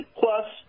plus